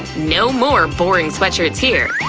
no more boring sweatshirts here!